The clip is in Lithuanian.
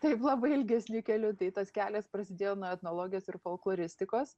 taip labai ilgesniu keliu tai tas kelias prasidėjo nuo etnologijos ir folkloristikos